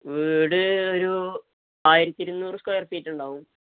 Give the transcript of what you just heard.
വീട് ഒരു ആയിരത്തിയിരുന്നൂറ് സ്ക്വയർ ഫീറ്റ് ഉണ്ടാകും